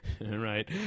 Right